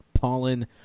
pollen